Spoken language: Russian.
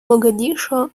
могадишо